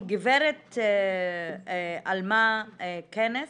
גברת עלמה כנס,